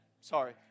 Sorry